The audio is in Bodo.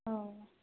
औ